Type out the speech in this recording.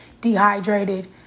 dehydrated